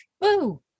Woo